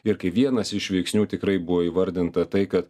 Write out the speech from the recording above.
irgi vienas iš veiksnių tikrai buvo įvardinta tai kad